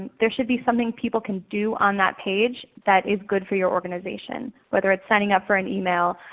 there should be something people can do on that page that is good for your organization, whether it's signing up for an email,